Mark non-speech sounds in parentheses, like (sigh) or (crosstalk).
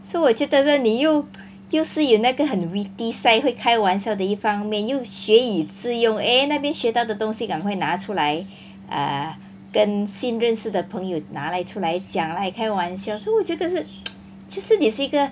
so 我觉得这你又 (noise) 就是有那个很 witty side 会开玩笑的一方面又学以致用 eh 那边学到的东西赶快拿出来 uh 跟新认识的朋友拿来出来讲 like 开玩笑所以我觉得是 (noise) 其实你是一个